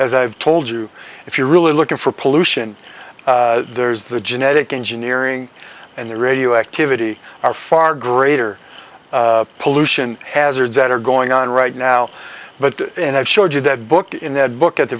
as i've told you if you're really looking for pollution there's the genetic engineering and the radioactivity are far greater pollution hazards that are going on right now but and i've showed you that book in that book at the